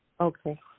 Okay